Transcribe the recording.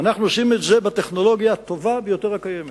אנחנו עושים את זה בטכנולוגיה הטובה ביותר הקיימת.